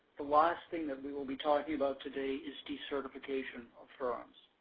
the last thing that we will be talking about today is decertification of firms.